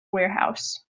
warehouse